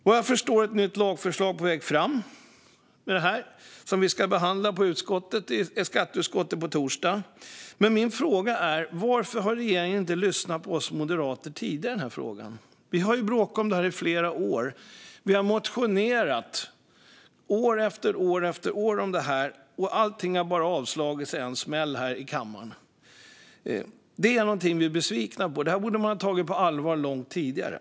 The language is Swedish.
Vad jag förstår ska skatteutskottet behandla det nya lagförslaget på torsdag. Men varför har regeringen inte lyssnat på oss moderater tidigare? Vi har bråkat om detta i flera år och år efter år motionerat om detta, men allt har avslagits i en smäll här i kammaren. Vi är besvikna, för detta borde man ha tagit på allvar långt tidigare.